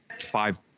five